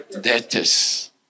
debtors